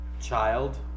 child